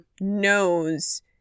knows